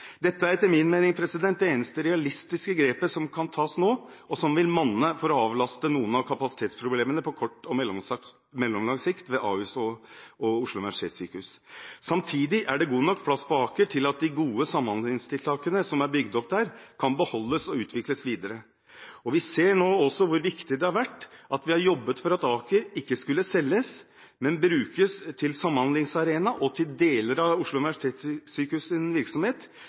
er etter min mening det eneste realistiske grepet som kan tas nå, og som vil monne, for å avlaste noen av kapasitetsproblemene på kort og mellomlang sikt ved Ahus og Oslo universitetssykehus. Samtidig er det god nok plass på Aker til at de gode samhandlingstiltakene som er bygd opp der, kan beholdes og utvikles videre. Vi ser nå også hvor viktig det har vært at vi har jobbet for at Aker ikke skulle selges, men brukes som samhandlingsarena og til deler av Oslo universitetssykehus’ virksomhet,